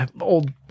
old